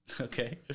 okay